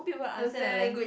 understand